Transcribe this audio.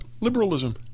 liberalism